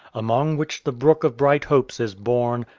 among which the brook of brighthopes is born,